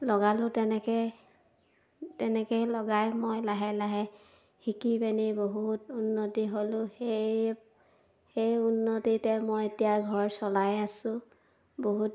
লগালোঁ তেনেকৈ তেনেকৈয়ে লগাই মই লাহে লাহে শিকি পিনি বহুত উন্নতি হ'লোঁ সেই সেই উন্নতিতে মই এতিয়া ঘৰ চলাই আছোঁ বহুত